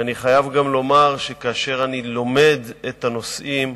ואני חייב גם לומר שכאשר אני לומד את הנושאים,